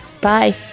Bye